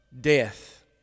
death